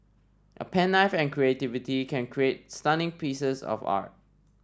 a pen knife and creativity can create stunning pieces of art